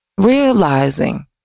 Realizing